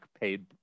paid